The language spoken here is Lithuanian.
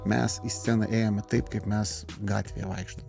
mes į sceną ėjome taip kaip mes gatvėje vaikštom